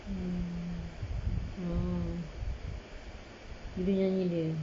hmm oh video nyanyi dia